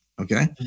Okay